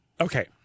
Okay